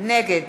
נגד